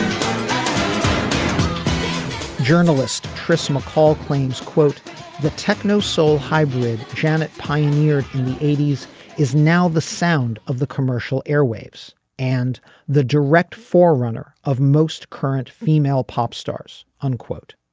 um journalist chris mccall claims quote the techno soul hybrid janet pioneered in the eighty s is now the sound of the commercial airwaves and the direct forerunner of most current female pop stars unquote.